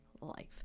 life